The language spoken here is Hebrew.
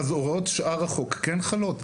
אז שאר הוראות החוק כן חלות?